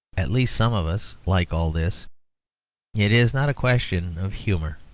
at least some of us like all this it is not a question of humour.